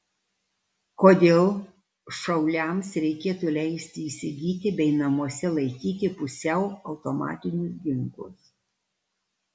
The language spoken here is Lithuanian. kodėl šauliams reikėtų leisti įsigyti bei namuose laikyti pusiau automatinius ginklus